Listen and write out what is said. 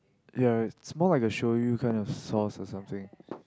ya it's more like a shoyu kind of sauce or something